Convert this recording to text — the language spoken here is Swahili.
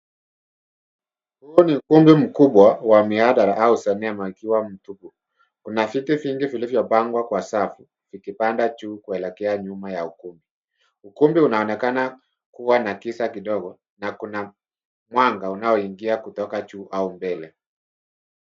Huu ni kundi mkubwa wa mihadhara au akiwa mtuku kuna viti vingi vilipangwa kwa safu vikielekea nyuma ya ukumbi. Ukumbi una onekana kuwa na giza kidogo na kuna mwanga unaoingia kutoka juu au mbele.